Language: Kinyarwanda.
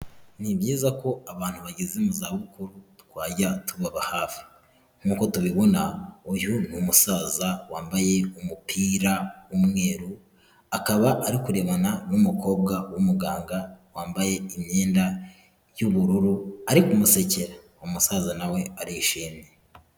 Ni byiza ko abantu bageze mu zabukuru twajya tubaba hafi, nkuko tubibona uyu ni umusaza wambaye umupira w'umweru, akaba ari kurebana n'umukobwa w'umuganga wambaye imyenda y'ubururu ari kumusekera, umusaza na we arishimye.